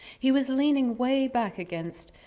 he was leaning way back against,